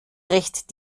recht